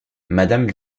madame